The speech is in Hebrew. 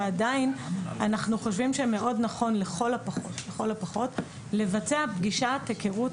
עדיין אנחנו חושבים שמאוד נכון לכל הפחות לבצע פגישת היכרות